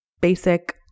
basic